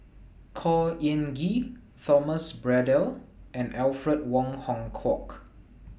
Khor Ean Ghee Thomas Braddell and Alfred Wong Hong Kwok